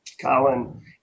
Colin